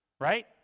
right